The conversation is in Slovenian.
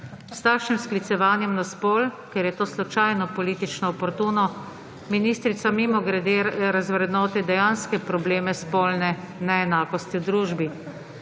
S takšnim sklicevanjem na spol, ker je to slučajno politično oportuno, ministrica mimogrede razvrednoti dejanske probleme spolne neenakosti v družbi.